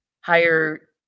higher